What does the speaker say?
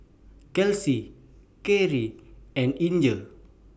Kelsi Cherrie and Inger